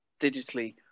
digitally